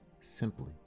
simply